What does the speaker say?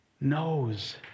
knows